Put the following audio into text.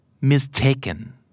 mistaken